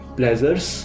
pleasures